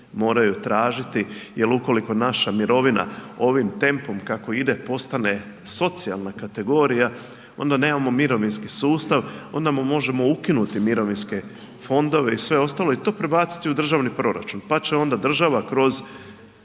moraju tražiti jel ukoliko naša mirovina ovim tempom kako ide postane socijalna kategorija, onda nemamo mirovinski sustav, onda mu možemo ukinuti mirovinske fondove i sve ostalo i to prebaciti u državni proračun, pa će onda država kroz